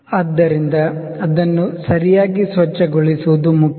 ಆದ್ದರಿಂದ ಅದನ್ನು ಸರಿಯಾಗಿ ಸ್ವಚ್ಛಗೊಳಿಸುವುದು ಮುಖ್ಯ